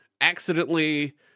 accidentally